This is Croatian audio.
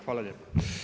Hvala lijepo.